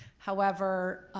however,